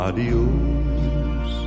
Adios